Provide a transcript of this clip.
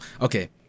Okay